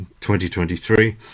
2023